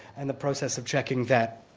and the process of checking that